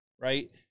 right